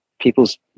people's